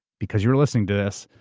because you're listening to this,